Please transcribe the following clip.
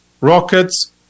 rockets